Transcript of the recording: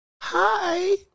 Hi